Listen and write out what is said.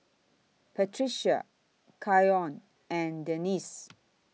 Patrica Keion and Denisse